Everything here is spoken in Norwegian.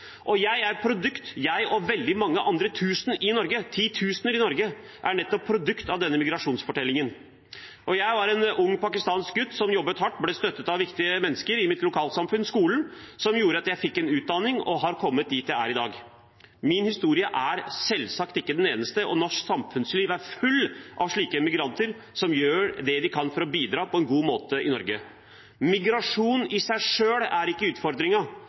og jeg og veldig mange andre i Norge – titusener – er nettopp produkt av denne migrasjonsfortellingen. Jeg var en ung pakistansk gutt som jobbet hardt og ble støttet av viktige mennesker i mitt lokalsamfunn, skolen, som gjorde at jeg fikk en utdanning og har kommet dit jeg er i dag. Min historie er selvsagt ikke den eneste. Norsk samfunnsliv er full av slike migranter som gjør hva de kan for å bidra på en god måte i Norge. Migrasjon i seg selv er ikke